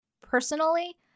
Personally